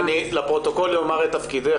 רק לפרוטוקול אני אומר את תפקידך,